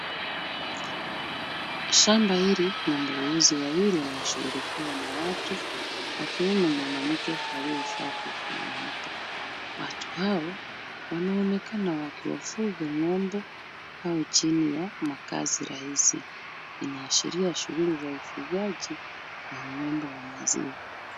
Shamba hii ng'ombe weusi wawili wana shughulikiwa na watu. Wakiwemo mwanamke aliyevaa kofia. Watu hao wana onekana wakiwafuga ng'ombe au chini ya makazi rahisi. Inaashiria shughuli za ufugaji wa ng'ombe wa maziwa.